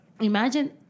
imagine